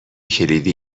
کلیدی